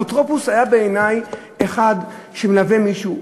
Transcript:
אפוטרופוס היה בעיני אחד שמלווה מישהו,